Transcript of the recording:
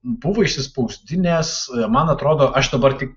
buvo išsispausdinęs man atrodo aš dabar tik